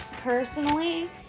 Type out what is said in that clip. personally